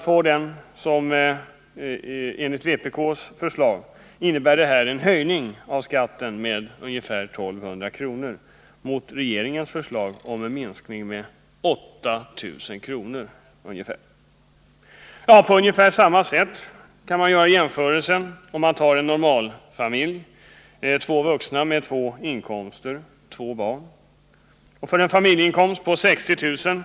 får enligt vpk:s förslag en skattehöjning med ca 1200 kr., medan regeringens förslag innebär en minskning med 8 000 kr. Ungefär samma jämförelse kan man göra för en normalfamilj med två barn där båda makarna har inkomst. Vid en familjeinkomst på 60 000 kr.